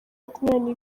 makumyabiri